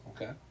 okay